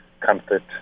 comfort